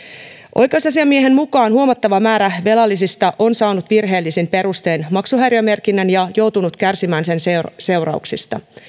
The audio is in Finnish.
oikeusasiamiehen mukaan huomattava määrä velallisista on saanut virheellisin perustein maksuhäiriömerkinnän ja joutunut kärsimään sen sen seurauksista